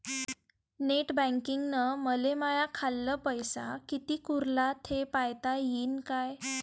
Net बँकिंगनं मले माह्या खाल्ल पैसा कितीक उरला थे पायता यीन काय?